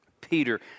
Peter